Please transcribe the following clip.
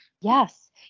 Yes